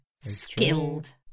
skilled